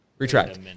Retract